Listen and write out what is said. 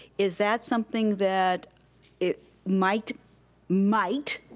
is that something that it might might,